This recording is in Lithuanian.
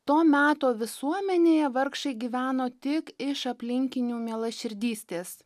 to meto visuomenėje vargšai gyveno tik iš aplinkinių mielaširdystės